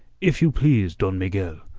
if you please, don miguel,